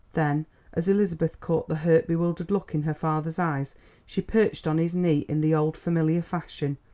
then as elizabeth caught the hurt, bewildered look in her father's eyes she perched on his knee in the old familiar fashion.